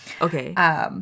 Okay